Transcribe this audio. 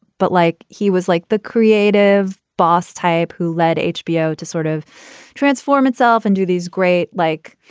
but like he was like the creative boss type who led hbo to sort of transform itself into these great, like,